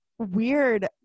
weird